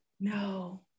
no